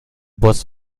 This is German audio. boss